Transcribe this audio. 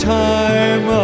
time